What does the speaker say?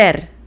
ser